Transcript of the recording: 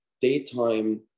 daytime